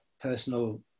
personal